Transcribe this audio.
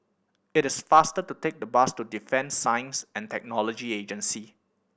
it is faster to take the bus to Defence Science And Technology Agency